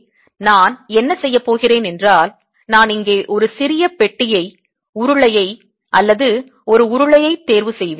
எனவே நான் என்ன செய்யப் போகிறேன் என்றால் நான் இங்கே ஒரு சிறிய பெட்டியை உருளையை அல்லது ஒரு உருளையை தேர்வு செய்வேன்